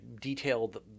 detailed